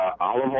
olive